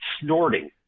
snorting